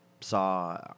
saw